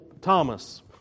Thomas